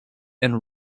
and